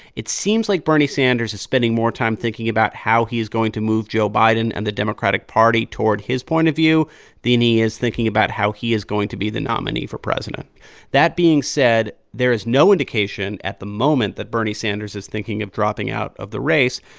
it seems like bernie sanders is spending more time thinking about how he is going to move joe biden and the democratic party toward his point of view than and he is thinking about how he is going to be the nominee for president that being said, there is no indication at the moment that bernie sanders is thinking of dropping out of the race,